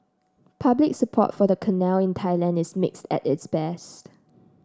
public support for the canal in Thailand is mixed at this best